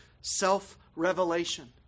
self-revelation